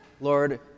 Lord